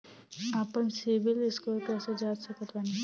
आपन सीबील स्कोर कैसे जांच सकत बानी?